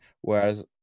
Whereas